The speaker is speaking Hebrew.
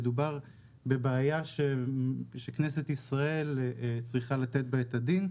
מדובר בבעיה שכנסת ישראל צריכה לתת עליה את הדין,